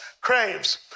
craves